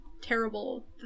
terrible